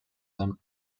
them